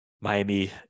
Miami